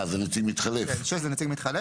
תהיה דעה